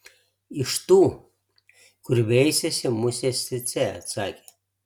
iš tų kur veisiasi musės cėcė atsakė